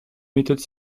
méthode